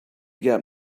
get